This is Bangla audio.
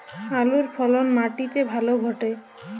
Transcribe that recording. আলুর ফলন মাটি তে ভালো ঘটে?